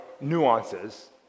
nuances